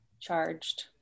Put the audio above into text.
charged